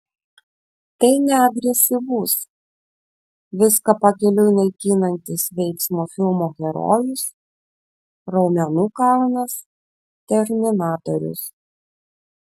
tai ne agresyvus viską pakeliui naikinantis veiksmo filmų herojus raumenų kalnas terminatorius